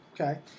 Okay